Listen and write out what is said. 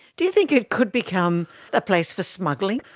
do you think it could become a place for smuggling?